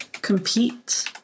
compete